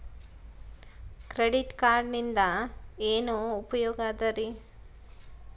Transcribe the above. Credit ಕಾರ್ಡಿನಿಂದ ಏನು ಉಪಯೋಗದರಿ?